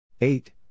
Eight